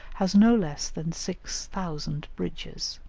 has no less than six thousand bridges.